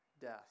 death